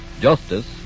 Justice